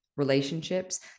Relationships